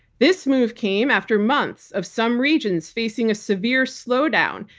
this move came after months of some regions facing a severe slow down,